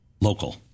local